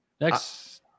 Next